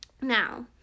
now